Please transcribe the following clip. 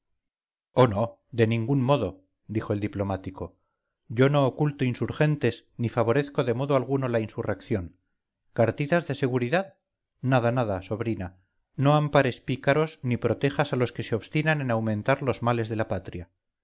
oh no de ningún modo dijo el diplomático yo no oculto insurgentes ni favorezco de modo alguno la insurrección cartitas de seguridad nada nada sobrina no ampares pícaros ni protejas a los que se obstinan en aumentar los males de la patria